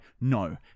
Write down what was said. no